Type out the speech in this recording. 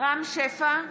רם שפע,